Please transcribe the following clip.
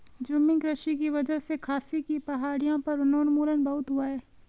झूमिंग कृषि की वजह से खासी की पहाड़ियों पर वनोन्मूलन बहुत हुआ है